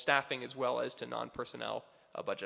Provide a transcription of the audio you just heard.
staffing as well as to non personnel a bu